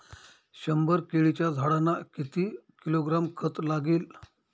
शंभर केळीच्या झाडांना किती किलोग्रॅम खत लागेल?